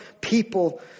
people